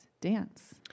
dance